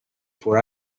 four